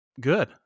good